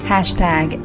Hashtag